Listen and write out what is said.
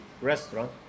restaurant